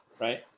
right